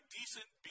decent